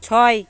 ছয়